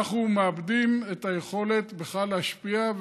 אנחנו מאבדים את היכולת בכלל להשפיע,